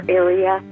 area